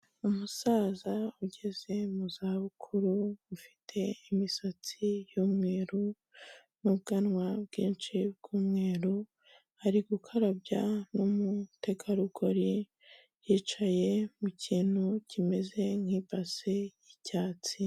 Umusaza ugeze mu zabukuru, ufite imisatsi y'umweru n'ubwanwa bwinshi bw'umweru, ari gukarabya n'umutegarugori, yicaye mu kintu kimeze nk'ibase y'icyatsi.